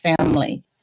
family